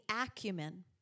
acumen